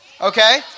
Okay